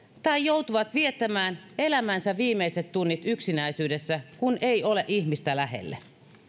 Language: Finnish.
tai joutuvat viettämään elämänsä viimeiset tunnit yksinäisyydessä kun ei ole ihmistä lähelle